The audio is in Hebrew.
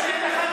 נשמע,